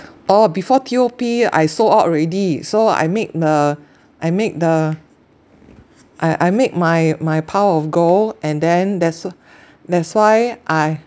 oh before T_O_P I sold out already so I make the I make the I I make my my pile of gold and then there's that's why I